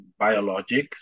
biologics